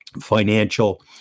financial